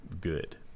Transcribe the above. good